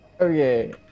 Okay